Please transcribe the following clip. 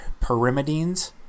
Pyrimidines